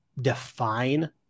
define